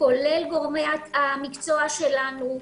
כולל גורמי המקצוע שלנו,